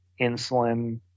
insulin